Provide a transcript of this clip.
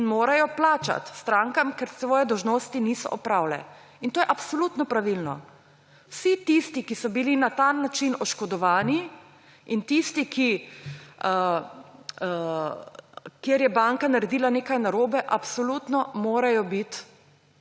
in morajo plačati strankam, ker svoje dolžnosti niso opravile. In to je absolutno pravilno. Vsi tisti, ki so bili na ta način oškodovani, in tisti, kjer je banka naredila nekaj narobe, absolutno morajo dobiti